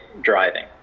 driving